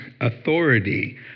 authority